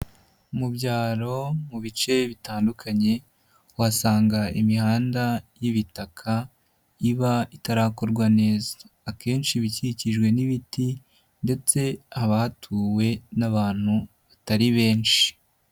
Mu byaro mu bice bitandukanye uhasanga imihanda y'ibitaka iba itarakorwa neza, akenshi iba ikikijwe n'ibiti ndetse haba hatuwe n'abantu batari benshi.